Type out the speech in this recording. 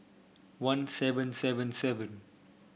one seven seven seven